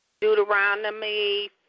Deuteronomy